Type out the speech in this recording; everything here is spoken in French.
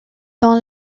dans